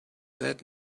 that